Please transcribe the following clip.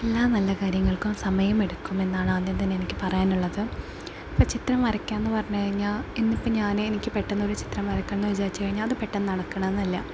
എല്ലാ നല്ല കാര്യങ്ങൾക്കും സമയമെടുക്കുമെന്നാണ് ആദ്യം തന്നെ എനിക്ക് പറയാനുള്ളത് അപ്പം ചിത്രം വരയ്ക്കുക എന്ന് പറഞ്ഞ് കഴിഞ്ഞാൽ ഇന്നിപ്പ ഞാന് എനിക്ക് പെട്ടെന്നൊരു ചിത്രം വരക്കണമെന്ന് വിചാരിച്ച് കഴിഞ്ഞാത് പെട്ടെന്നാണ് നടക്കണമെന്നില്ല